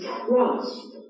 trust